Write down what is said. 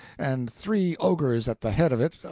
and three ogres at the head of it,